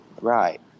Right